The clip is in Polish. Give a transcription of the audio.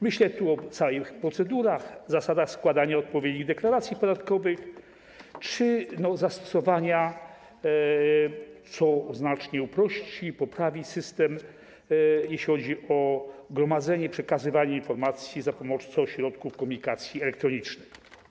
Myślę tu o całych procedurach, zasadach składania odpowiednich deklaracji podatkowych czy ich stosowania, co znacznie uprości, poprawi system, jeśli chodzi o gromadzenie, przekazywanie informacji za pomocą środków komunikacji elektronicznej.